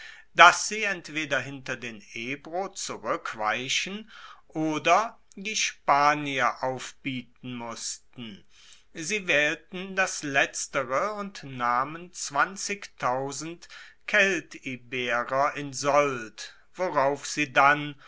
dass sie entweder hinter den ebro zurueckweichen oder die spanier aufbieten mussten sie waehlten das letztere und nahmen keltiberer in sold worauf sie dann